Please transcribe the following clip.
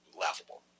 laughable